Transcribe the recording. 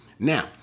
Now